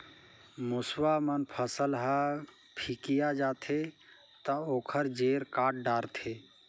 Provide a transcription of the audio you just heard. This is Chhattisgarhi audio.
मूसवा मन फसल ह फिकिया जाथे त ओखर जेर काट डारथे